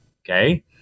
okay